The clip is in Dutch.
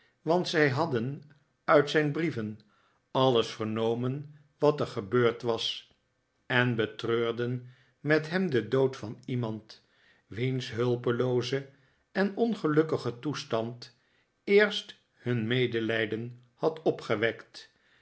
want zij hadden uit zijn brieven alles vernomen wat er gebeurd was en betreurden met hem den dood van iemand wiens hulpelooze en ongelukkige toestand eerst hun medelijden had opgewekt